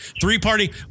Three-party